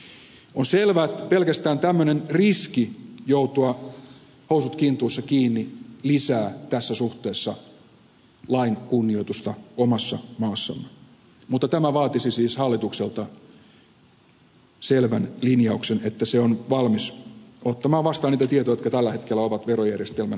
on selvä että pelkästään tämmöinen riski joutua housut kintuissa kiinni lisää tässä suhteessa lain kunnioitusta omassa maassamme mutta tämä vaatisi siis hallitukselta selvän linjauksen että se on valmis ottamaan vastaan niitä tietoja jotka tällä hetkellä ovat verojärjestelmän käytöstä olemassa